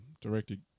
directed